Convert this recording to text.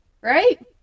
right